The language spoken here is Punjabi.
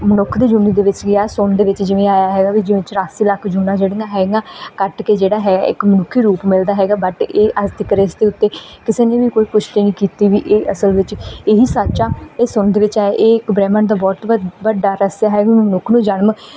ਮਨੁੱਖ ਦੀ ਜੂਨ ਦੇ ਵਿੱਚ ਗਿਆ ਸੁਣਨ ਦੇ ਵਿੱਚ ਜਿਵੇਂ ਆਇਆ ਹੈਗਾ ਜਿਵੇਂ ਚੁਰਾਸੀ ਲੱਖ ਜੂਨਾਂ ਜਿਹੜੀਆਂ ਹੈਗੀਆਂ ਕੱਟ ਕੇ ਜਿਹੜਾ ਹੈ ਇੱਕ ਮਨੁੱਖੀ ਰੂਪ ਮਿਲਦਾ ਹੈਗਾ ਬਟ ਇਹ ਅੱਜ ਤੱਤ ਇਸ ਦੇ ਉੱਤੇ ਕਿਸੇ ਨੇ ਵੀ ਕੋਈ ਪੁਸ਼ਟੀ ਨਹੀਂ ਕੀਤੀ ਵੀ ਇਹ ਅਸਲ ਵਿੱਚ ਇਹੀ ਸੱਚ ਆ ਇਹ ਸੁਣਨ ਦੇ ਵਿੱਚ ਆਇਆ ਹੈ ਇਹ ਇੱਕ ਬ੍ਰਹਿਮੰਡ ਦਾ ਬਹੁਤ ਵੱਡਾ ਵੱਡਾ ਰਹੱਸ ਆ ਵੀ ਮਨੁੱਖ ਨੂੰ ਜਨਮ